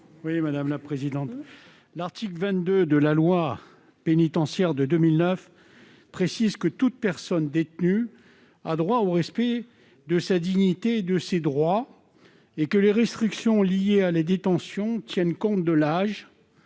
à M. Henri Leroy. L'article 22 de la loi pénitentiaire du 24 novembre 2009 dispose que toute personne détenue a droit au respect de sa dignité et de ses droits et que les restrictions liées à la détention tiennent compte de l'âge,